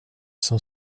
som